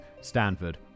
stanford